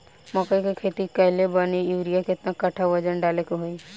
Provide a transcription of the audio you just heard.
मकई के खेती कैले बनी यूरिया केतना कट्ठावजन डाले के होई?